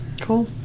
Cool